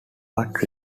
but